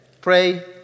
pray